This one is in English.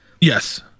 Yes